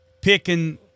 picking